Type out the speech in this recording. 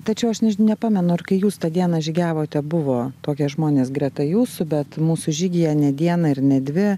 tačiau aš nežin nepamenu ar kai jūs tą dieną žygiavote buvo tokie žmonės greta jūsų bet mūsų žygyje ne dieną ir ne dvi